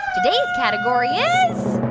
today's category is.